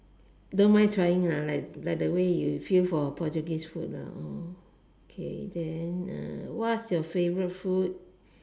don't mind trying like like the way you feel for Portuguese food okay then what's your favourite food